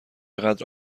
قدر